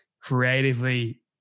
creatively